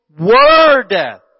Word